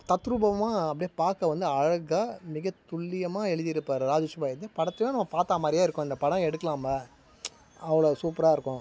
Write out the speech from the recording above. தத்ரூபமாக அப்படியே பார்க்க வந்து அழகாக மிக துல்லியமாக எழுதியிருப்பார் ராஜேஷ்குமார் எதையும் படத்தையோ நம்ம பார்த்தா மாதிரியே இருக்கும் இந்த படம் எடுக்கலாம் அவ்வளோ சூப்பராக இருக்கும்